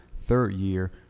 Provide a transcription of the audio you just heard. third-year